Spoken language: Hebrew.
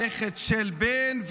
נכד של בן,